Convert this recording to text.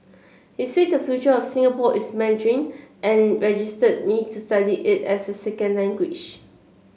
he said the future of Singapore is Mandarin and registered me to study it as a second language